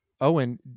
Owen